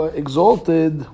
exalted